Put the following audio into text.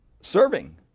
serving